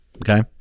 okay